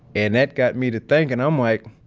and that got me to thinking i'm like,